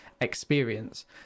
experience